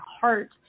heart